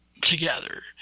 together